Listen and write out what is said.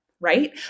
right